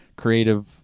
Creative